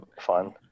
fun